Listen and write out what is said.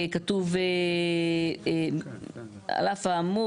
כתוב "על אף האמור,